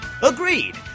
Agreed